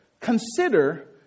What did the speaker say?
consider